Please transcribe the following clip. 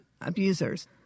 abusers